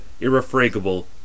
irrefragable